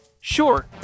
Sure